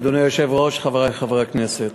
אדוני היושב-ראש, חברי חברי הכנסת,